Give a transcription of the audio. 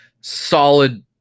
solid